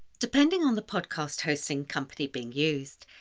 depending on the podcast hosting company being used,